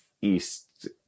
East